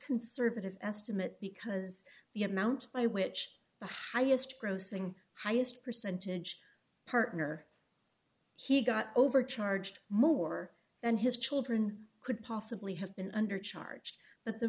conservative estimate because the amount by which the highest grossing highest percentage partner he got overcharged more and his children could possibly have been under charge but the